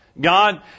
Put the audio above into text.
God